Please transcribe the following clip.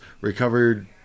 recovered